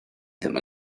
ddim